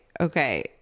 okay